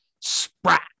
Sprat